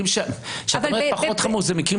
כשאת אומרת "פחות חמור" זה מקרים